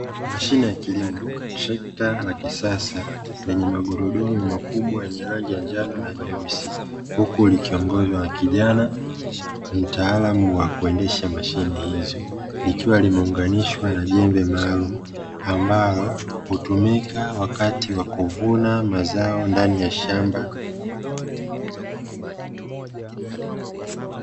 Mashine ya kilimo trekta la kisasa lenye magurudumu makubwa yenye rangi ya njano na nyeusi, huku likiongozwa na kijana mtaalamu wa kuendesha mashine hizo likiwa limeunganishwa na jembe maalumu ambalo hutumika wakati wa kuvuna mazao ndani ya shamba.